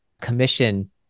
commission